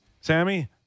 Sammy